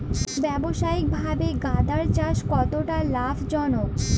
ব্যবসায়িকভাবে গাঁদার চাষ কতটা লাভজনক?